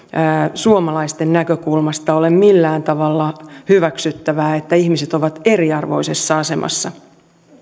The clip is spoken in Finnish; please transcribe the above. suomalaisten näkökulmasta ole millään tavalla hyväksyttävää että ihmiset ovat eriarvoisessa asemassa